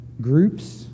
Groups